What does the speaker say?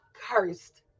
cursed